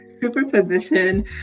superposition